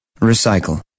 Recycle